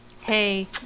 Hey